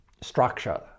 structure